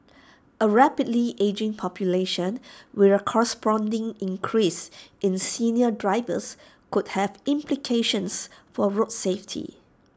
A rapidly ageing population with A corresponding increase in senior drivers could have implications for road safety